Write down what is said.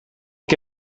que